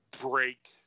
break